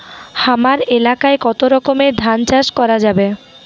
হামার এলাকায় কতো রকমের ধান চাষ করা যাবে?